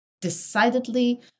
decidedly